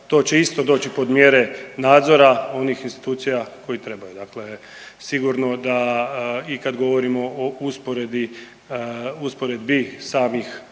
to će isto doći pod mjere nadzora onih institucija koji trebaju. Dakle, sigurno da i kad govorimo o usporedbi samih